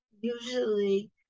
usually